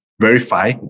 verify